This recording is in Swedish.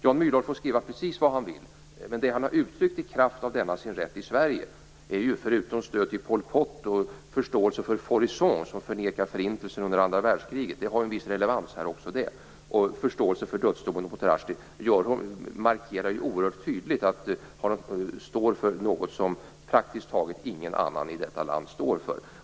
Jan Myrdal får skriva precis vad han vill, men det som han har uttryckt i kraft av denna sin rätt i Sverige - stöd till Pol Pot, förståelse för Faurisson som förnekade förintelsen under andra världskriget och förståelse för dödsdomen mot Rushdie - markerar ju oerhört tydligt att han står för något som praktiskt taget ingen annan i detta land står för.